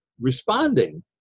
responding